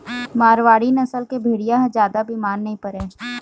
मारवाड़ी नसल के भेड़िया ह जादा बिमार नइ परय